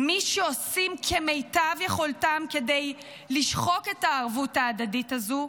מי שעושים כמיטב יכולתם כדי לשחוק את הערבות ההדדית הזו,